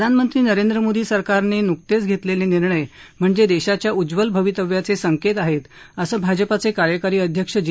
प्रधानमंत्री नरेंद्र मोदी सरकारनं नुकतेच घेतलेले निर्णय म्हणजे देशाच्या उज्ज्वल भवितव्याचे संकेत आहेत असं भाजपाचे कार्यकारी अध्यक्ष जे